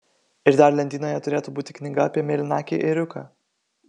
ir dar lentynoje turėtų būti knyga apie mėlynakį ėriuką